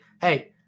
hey